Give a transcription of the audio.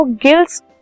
gills